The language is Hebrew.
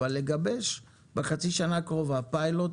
אבל לגבש בחצי השנה הקרובה פיילוט